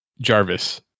jarvis